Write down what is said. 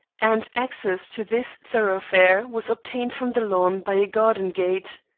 and access to this thoroughfare was obtained from the lawn by a garden gate.